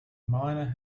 miner